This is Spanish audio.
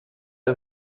los